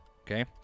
Okay